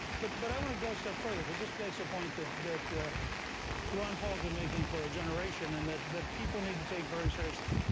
but but i want to go a step further, because this makes a point that that ron paul has been making for a generation and that that people need to take very seriously.